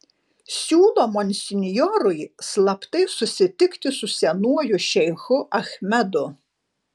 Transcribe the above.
siūlo monsinjorui slaptai susitikti su senuoju šeichu achmedu